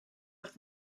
wrth